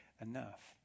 enough